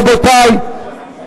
רבותי,